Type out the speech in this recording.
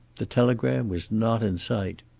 the telegram was not in sight.